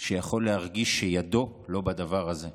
שיכול להרגיש שידו לא בדבר הזה.